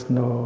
no